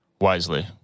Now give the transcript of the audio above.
wisely